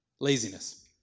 laziness